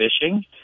fishing